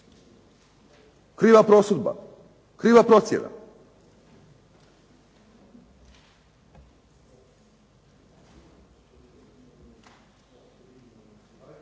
Kriva prosudba, kriva procjena.